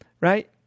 right